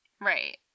Right